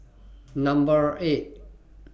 Number eight